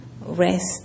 rest